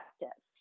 effective